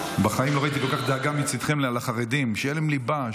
בחיים לא ראיתי כל כך הרבה דאגה מצידכם לחרדים שיהיה להם ליבה,